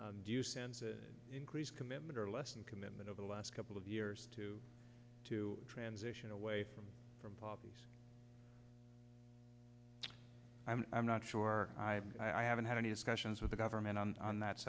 that increase commitment or lessen commitment over the last couple of years to to transition away from from poppies i'm not sure i haven't had any discussions with the government on on that